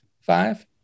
Five